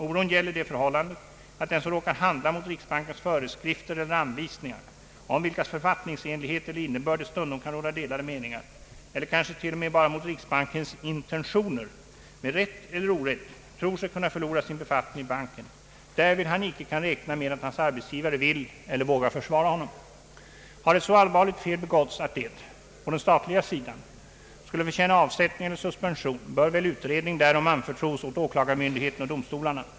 Oron gäller det förhållandet att den som råkar handla mot riksbankens föreskrifter eller anvisningar — om vilkas författningsenlighet eller innebörd det stundom kan råda delade meningar — eller kanske t.o.m. bara mot riksbankens ”intentioner”, med rätt eller orätt tror sig kunna förlora sin befattning i banken, därvid han inte kan räkna med att hans arbetsgivare vill eller vågar försvara honom. Har ett så allvarligt fel begåtts att det — på den statliga sidan — skulle förtjäna avsättning eller suspension, bör väl utredning därom anförtros åklagarmyndigheten och domstolarna.